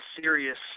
serious